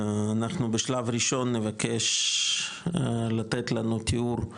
ואנחנו בשלב ראשון, נבקש לתת לנו תיאור,